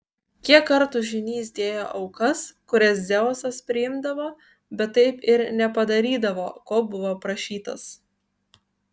kiek kartų žynys dėjo aukas kurias dzeusas priimdavo bet taip ir nepadarydavo ko buvo prašytas